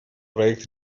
проект